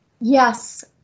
Yes